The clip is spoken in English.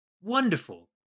Wonderful